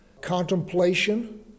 contemplation